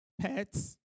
pets